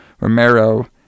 Romero